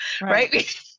right